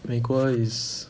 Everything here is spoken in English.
美国 is